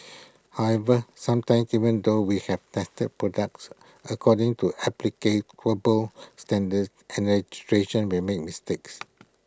however sometimes even though we have tested products according to applicable standards and legislation we make mistakes